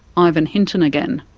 ivan hinton again.